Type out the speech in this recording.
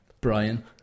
Brian